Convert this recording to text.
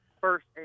first